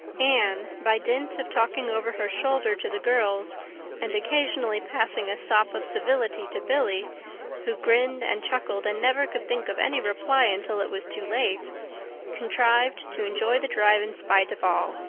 anne, by dint of talking over her shoulder to the girls and occasionally passing a sop of civility to billy who grinned and chuckled and never could think of any reply until it was too late contrived to enjoy the drive in spite of all.